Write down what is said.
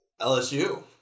LSU